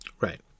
right